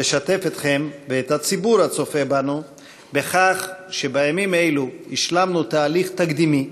לשתף אתכם ואת הציבור הצופה בנו בכך שבימים אלו השלמנו תהליך תקדימי,